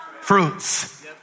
Fruits